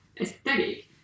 aesthetic